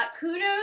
kudos